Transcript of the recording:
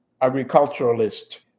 agriculturalist